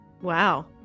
Wow